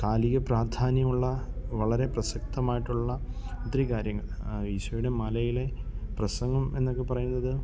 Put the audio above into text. കാലിക പ്രധാന്യമുള്ള വളരെ പ്രസക്തമായിട്ടുള്ള ഒത്തിരി കാര്യങ്ങൾ ഈശോയുടെ മലയിലെ പ്രസംഗം എന്നൊക്കെ പറയുന്നത്